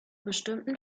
bestimmten